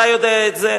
אתה יודע את זה,